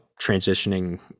transitioning